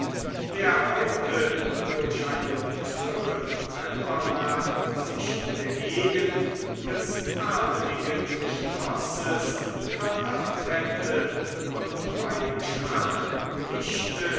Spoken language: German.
wer heute durch eine düstre novembernacht sich in der gegend des adeligen schlosses verirrt hätte und bei dem schwachen lichte